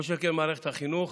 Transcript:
כל שכן במערכת החינוך